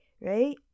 right